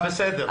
אז זה בסדר.